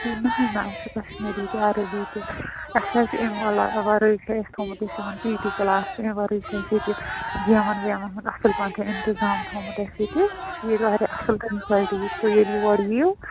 ٹھیٖک نہ حظ نہ اَسہِ چھُ کشمیری تہِ عربی تہِ اَسہِ حظ چھِ اَمہِ علاو وَرٲے چھِ اَسہِ تھوٚمُت یُس یِمَن پی ٹی کٕلاس اَمہِ وَرٲے چھِ اَسہِ ییٚتہِ گیمَن ویمَن ہُنٛد اَصٕل پٲٹھۍ اِنتظام تھومُت اَسہِ ییٚتہِ اَسہِ چھِ ییٚتہِ واریاہ اَصٕل فیسلٹی تُہۍ ییٚلہِ یور یِیِو